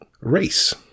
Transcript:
race